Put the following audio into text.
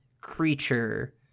creature